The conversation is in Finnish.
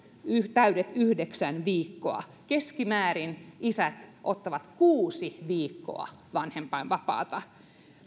täydet yhdeksän viikkoa keskimäärin isät ottavat kuusi viikkoa vanhempainvapaata